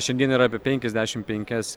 šiandien yra apie penkiasdešim penkias